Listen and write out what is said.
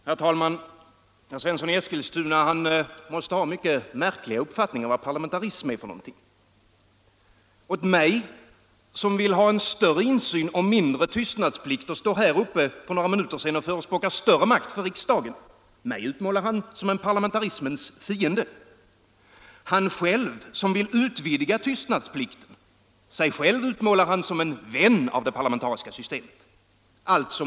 Herr talman! Herr Svensson i Eskilstuna måste ha en mycket märklig uppfattning om vad parlamentarism är för någonting. Jag, som vill ha större insyn och mindre tystnadsplikt och som stod här för några minuter sedan och förespråkade större makt för riksdagen, utmålas som en parlamentarismens fiende. Sig själv, som vill utvidga tystnadsplikten, utmålar han som en vän av det parlamentariska systemet.